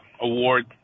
award